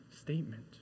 statement